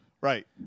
Right